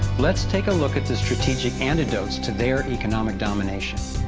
let's take a look at the strategic antidotes to their economic domination.